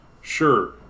Sure